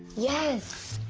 yes.